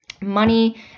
money